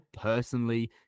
personally